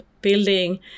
building